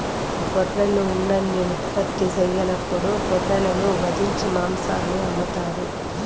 గొర్రెలు ఉన్నిని ఉత్పత్తి సెయ్యనప్పుడు గొర్రెలను వధించి మాంసాన్ని అమ్ముతారు